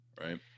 Right